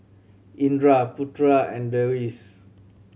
Indra Putera and Deris